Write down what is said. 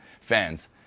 fans